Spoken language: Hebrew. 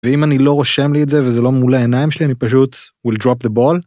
ואם אני לא רושם לי את זה וזה לא מול עיניים שלי אני פשוט will drop the ball